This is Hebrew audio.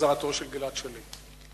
החזרתו של גלעד שליט.